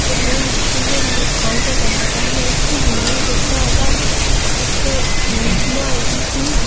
ते अज्ज में तुं'दे कन्नै सांझा करना चाह्न्नी आं की में जेह्का तां इक चीज नोहाई दी थी